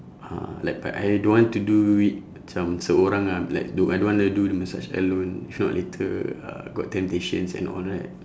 ah like but I don't want to do it macam seorang ah like don~ I don't want to do the massage alone if not later uh got temptations and all right